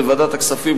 בוועדת הכספים,